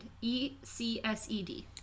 E-C-S-E-D